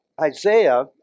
Isaiah